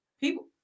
People